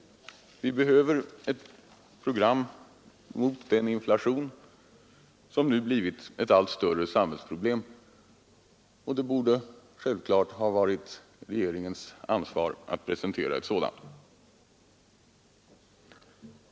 Vi behöver ett program mot den inflation som nu blir ett allt större samhällsproblem, och det borde självfallet ha varit regeringens ansvar att presentera ett sådant.